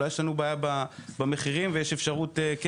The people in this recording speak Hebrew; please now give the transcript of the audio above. אולי יש לנו בעיה במחירים ויש אפשרות כן